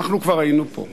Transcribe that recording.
אנחנו כבר היינו פה.